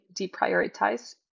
deprioritize